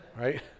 Right